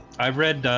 i've read